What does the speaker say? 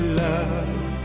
love